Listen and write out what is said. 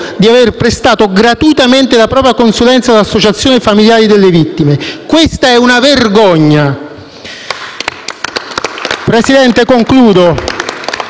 di aver prestato gratuitamente la propria consulenza all'Associazione familiari delle vittime. Questa è una vergogna. *(Applausi dal